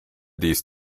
these